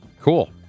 Cool